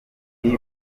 umwe